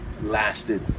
lasted